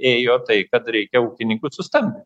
ėjo tai kad reikia ūkininkus sustam